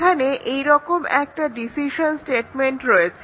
এখানে এই রকম একটা ডিসিশন স্টেটমেন্ট রয়েছে